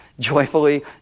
joyfully